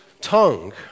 tongue